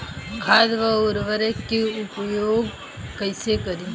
खाद व उर्वरक के उपयोग कईसे करी?